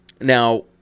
Now